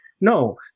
No